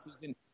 season